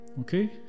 okay